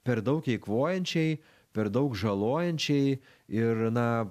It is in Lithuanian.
per daug eikvojančiai per daug žalojančiai ir na